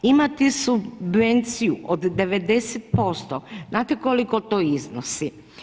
Imate subvenciju od 90%, znate koliko to iznosi?